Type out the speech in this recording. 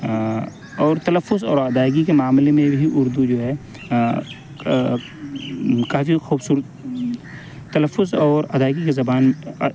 اور تلفظ اور ادائیگی کے معاملے میں بھی اردو جو ہے کافی خوبصورت تلفظ اور ادائیگی کی زبان